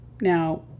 Now